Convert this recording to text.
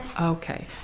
Okay